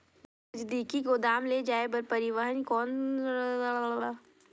नजदीकी गोदाम ले जाय बर परिवहन के कौन साधन मिल सकथे?